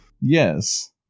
Yes